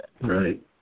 Right